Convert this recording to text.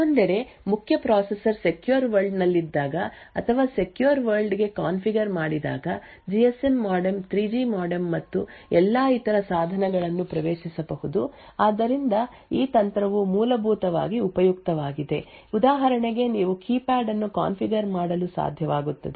ಮತ್ತೊಂದೆಡೆ ಮುಖ್ಯ processor secure world ನಲ್ಲಿದ್ದಾಗ ಅಥವಾ ಸೆಕ್ಯೂರ್ ವರ್ಲ್ಡ್ ಗೆ ಕಾನ್ಫಿಗರ್ ಮಾಡಿದಾಗ G SM modem 3G modem ಮತ್ತು ಎಲ್ಲಾ ಇತರ ಸಾಧನಗಳನ್ನು ಪ್ರವೇಶಿಸಬಹುದು ಆದ್ದರಿಂದ ಈ ತಂತ್ರವು ಮೂಲಭೂತವಾಗಿ ಉಪಯುಕ್ತವಾಗಿದೆ ಉದಾಹರಣೆಗೆ ನೀವು ಕೀಪ್ಯಾಡ್ ಅನ್ನು ಕಾನ್ಫಿಗರ್ ಮಾಡಲು ಸಾಧ್ಯವಾಗುತ್ತದೆ